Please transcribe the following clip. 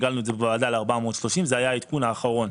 וזה היה העדכון האחרון.